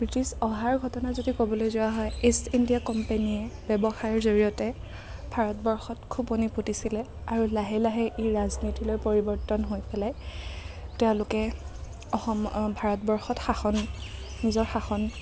British অহাৰ ঘটনা যদি ক'বলৈ যোৱা হয় ইষ্ট ইণ্ডিয়া কোম্পেনীয়ে ব্যৱসায়ৰ জৰিয়তে ভাৰতবৰ্ষত খোপনি পুতিছিলে আৰু লাহে লাহে ই ৰাজনীতিলৈ পৰিৱৰ্তন হৈ পেলাই তেওঁলোকে অসম ভাৰতবৰ্ষত শাসন নিজৰ শাসন